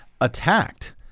attacked